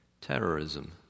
Terrorism